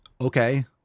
Okay